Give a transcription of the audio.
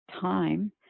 time